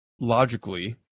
logically